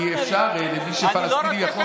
כי אפשר, מי שפלסטיני יכול.